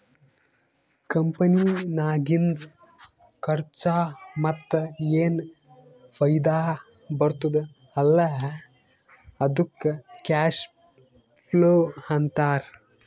ಕಂಪನಿನಾಗಿಂದ್ ಖರ್ಚಾ ಮತ್ತ ಏನ್ ಫೈದಾ ಬರ್ತುದ್ ಅಲ್ಲಾ ಅದ್ದುಕ್ ಕ್ಯಾಶ್ ಫ್ಲೋ ಅಂತಾರ್